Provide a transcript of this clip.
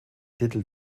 titel